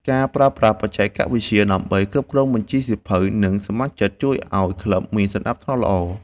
ការប្រើប្រាស់បច្ចេកវិទ្យាដើម្បីគ្រប់គ្រងបញ្ជីសៀវភៅ និងសមាជិក ជួយឱ្យក្លឹបមានសណ្ដាប់ធ្នាប់ល្អ។